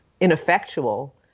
ineffectual